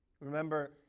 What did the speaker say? Remember